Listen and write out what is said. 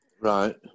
Right